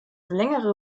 längere